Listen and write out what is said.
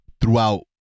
throughout